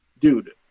dude